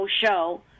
show